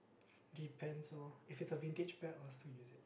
depends lor if it's a vintage bag i'll still use it